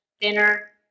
dinner